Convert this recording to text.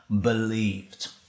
believed